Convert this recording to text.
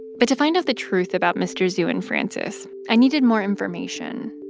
but to find out the truth about mr. zhu and frances, i needed more information